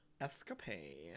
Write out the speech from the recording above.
escapade